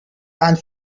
and